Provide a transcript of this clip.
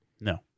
No